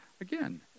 again